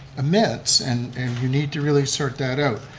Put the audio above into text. immense, and and you need to really sort that out.